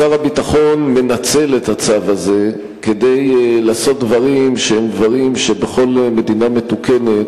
שר הביטחון מנצל את הצו הזה כדי לעשות דברים שבכל מדינה מתוקנת